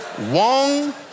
Wong